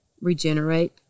regenerate